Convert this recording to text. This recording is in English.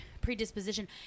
predisposition